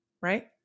right